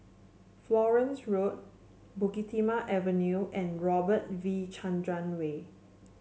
Florence Road Bukit Timah Avenue and Robert V Chandran Way